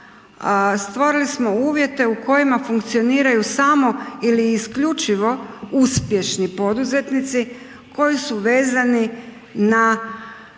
stvorili smo uvjete u kojima funkcioniraju samo ili isključivo uspješni poduzetnici koji su vezani na